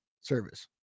service